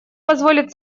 позволит